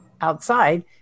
outside